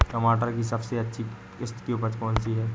टमाटर की सबसे अच्छी किश्त की उपज कौन सी है?